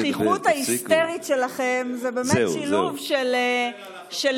הזחיחות ההיסטרית שלכם, זה באמת שילוב של היבריס,